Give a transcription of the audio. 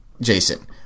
Jason